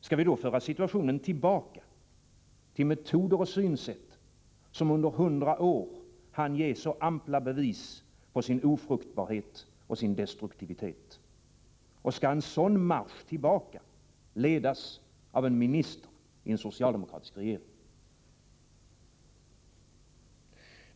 Skall vi då föra situationen tillbaka till metoder och synsätt, som under 100 år hann ge så ampla bevis på sin ofruktbarhet och destruktivitet? Och skall en sådan marsch tillbaka ledas av en minister i en socialdemokratisk regering?